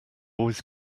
always